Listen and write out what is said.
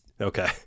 Okay